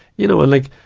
you know, and like,